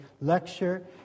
lecture